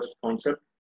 concept